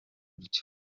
gutyo